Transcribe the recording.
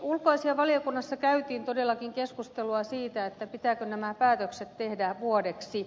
ulkoasiainvaliokunnassa käytiin todellakin keskustelua siitä pitääkö nämä päätökset tehdä vuodeksi